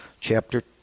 chapter